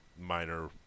minor